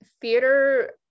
theater